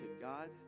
god